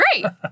great